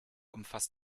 umfasst